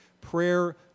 Prayer